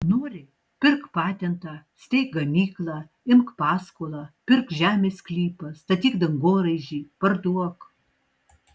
nori pirk patentą steik gamyklą imk paskolą pirk žemės sklypą statyk dangoraižį parduok